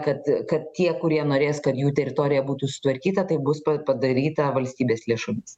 kad kad tie kurie norės kad jų teritorija būtų sutvarkyta tai bus pa padaryta valstybės lėšomis